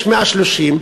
יש 130,